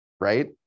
Right